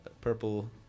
purple